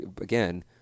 again